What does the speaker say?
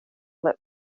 were